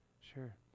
sure